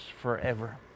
forever